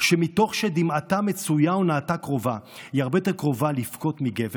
שמתוך שדמעתה מצויה אונאתה קרובה" היא הרבה יותר קרובה לבכות מגבר,